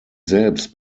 selbst